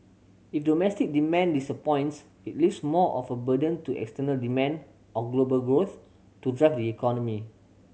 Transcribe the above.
if domestic demand disappoints it leaves more of a burden to external demand or global growth to drive the economy